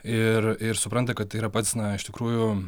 ir ir supranta kad tai yra pats na iš tikrųjų